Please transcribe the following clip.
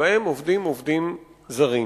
שבהם עובדים עובדים זרים.